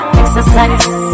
exercise